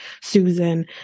Susan